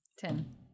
Ten